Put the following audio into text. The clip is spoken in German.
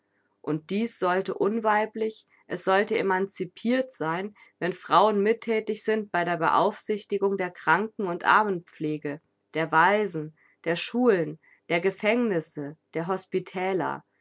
und dies sollte unweiblich es sollte emancipirt sein wenn frauen mitthätig sind bei der beaufsichtigung der kranken und armenpflege der waisen der schulen der gefängnisse der hospitäler